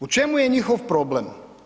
U čemu je njihov problem?